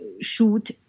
shoot